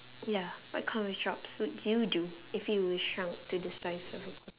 ya what kind of jobs would you do if you were shrunk to the size of a quart~